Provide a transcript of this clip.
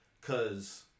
Cause